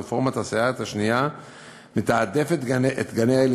רפורמת הסייעת השנייה מתעדפת את גני-הילדים